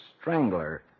strangler